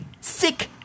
sick